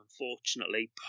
unfortunately